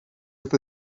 with